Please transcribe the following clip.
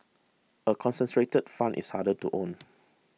a concentrated fund is harder to own